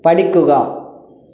പഠിക്കുക